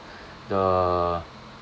the